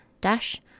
dash